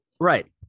Right